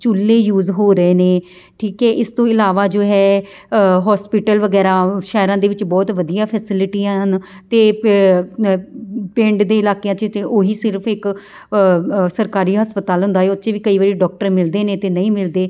ਚੁੱਲ੍ਹੇ ਯੂਜ਼ ਹੋ ਰਹੇ ਨੇ ਠੀਕ ਹੈ ਇਸ ਤੋਂ ਇਲਾਵਾ ਜੋ ਹੈ ਹੋਸਪਿਟਲ ਵਗੈਰਾ ਸ਼ਹਿਰਾਂ ਦੇ ਵਿੱਚ ਬਹੁਤ ਵਧੀਆ ਫੈਸਿਲਿਟੀਆਂ ਹਨ ਅਤੇ ਪ ਅ ਪਿੰਡ ਦੇ ਇਲਾਕਿਆਂ 'ਚ ਅਤੇ ਉਹੀ ਸਿਰਫ ਇੱਕ ਅ ਸਰਕਾਰੀ ਹਸਪਤਾਲ ਹੁੰਦਾ ਉਹ 'ਚ ਵੀ ਕਈ ਵਾਰੀ ਡਾਕਟਰ ਮਿਲਦੇ ਨੇ ਅਤੇ ਨਹੀਂ ਮਿਲਦੇ